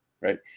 right